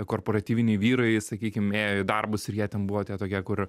korporatyviniai vyrai sakykim ėjo į darbus ir jie ten buvo tie tokie kur